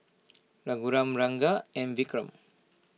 Raghuram Ranga and Vikram